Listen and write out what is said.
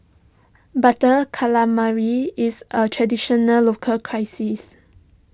Butter Calamari is a traditional local crisis